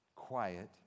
Quiet